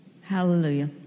Hallelujah